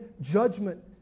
judgment